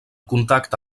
contacte